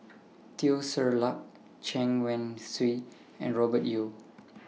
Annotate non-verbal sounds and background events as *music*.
*noise* Teo Ser Luck Chen Wen Hsi and Robert Yeo